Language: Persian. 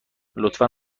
لطفا